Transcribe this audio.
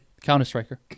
Counter-striker